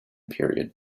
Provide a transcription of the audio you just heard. period